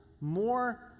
more